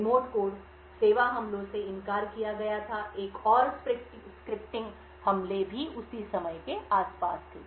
remote code सेवा हमलों से इनकार किया गया था एक और स्क्रिप्टिंग हमले भी उसी समय के आसपास थे